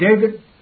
David